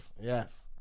Yes